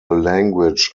language